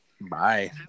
Bye